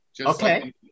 Okay